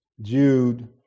Jude